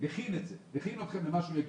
מכין אתכם למה שהוא יגיד,